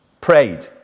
prayed